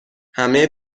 همه